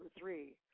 three